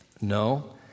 No